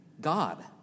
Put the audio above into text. God